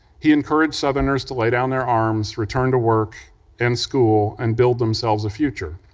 he encouraged southerners to lay down their arms, return to work and school, and build themselves a future.